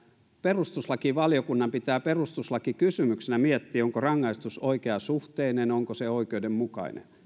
perustuslakivaliokunnan pitää perustuslakikysymyksenä miettiä onko rangaistus oikeasuhteinen ja onko se oikeudenmukainen